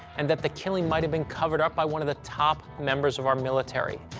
and that the killing might have been covered up by one of the top members of our military.